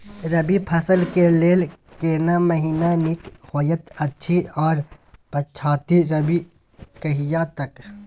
रबी फसल के लेल केना महीना नीक होयत अछि आर पछाति रबी कहिया तक?